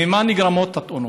ממה נגרמות התאונות?